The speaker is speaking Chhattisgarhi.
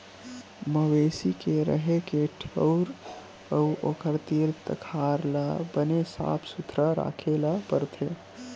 मवेशी के रेहे के ठउर अउ ओखर तीर तखार ल बने साफ सुथरा राखे ल परथे